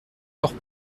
leurs